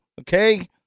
okay